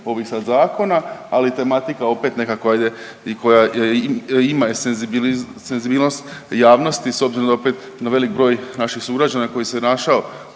ovih sad zakona, ali tematika opet nekako ajde i koja ima senzibilnost javnosti s obzirom da opet da velik broj naših sugrađana koji se našao